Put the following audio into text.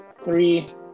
three